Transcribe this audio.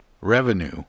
revenue